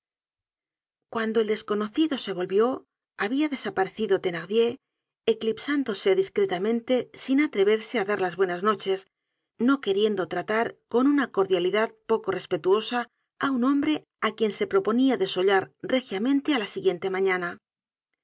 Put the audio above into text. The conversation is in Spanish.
cuando el desconocido se volvió habia desaparecido thenardier eclipsándose discretamente sin atreverse á dar las buenas noches no queriendo tratar con una cordialidad poco respetuosa á un hombre á quien se proponía desollar regiamente á la siguiente mañana